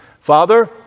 Father